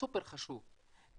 סופר חשוב.